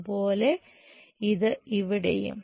അതുപോലെ ഇത് ഇവിടെയും